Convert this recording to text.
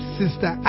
sister